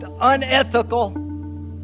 unethical